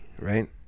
right